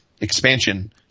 expansion